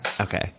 Okay